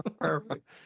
Perfect